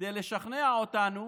כדי לשכנע אותנו